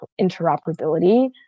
interoperability